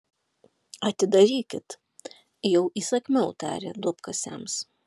atidarykit jau įsakmiau tarė duobkasiams